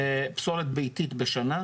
פסולת ולהקטין את ההטמנה.